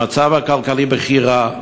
המצב הכלכלי בכי רע,